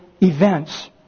events